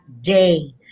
day